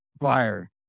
Fire